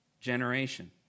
generation